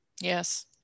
Yes